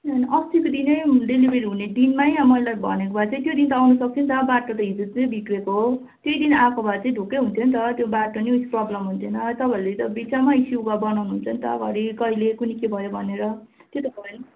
किनभने अस्तिको दिन नै डेलिभेरी हुने दिनमै मलाई भनेको भए चाहिँ त्यो दिन त आउनु सक्थ्यो नि त बाटो त हिजो अस्ति त बिग्रेको हो त्यही दिन आएको भए चाहिँ ढुक्कै हुन्थ्यो नि त त्यो बाटो नि प्रोब्लम हुन्थेन तपाईँहरूले त बित्थामा इस्यु बनाउनु हुन्छ नि त घरि कहिले कुन्नि के भयो भनेर त्यो त भएन